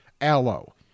aloe